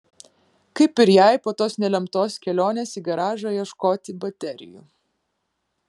kaip ir jai po tos nelemtos kelionės į garažą ieškoti baterijų